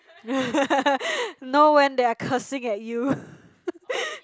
no when they are cursing at you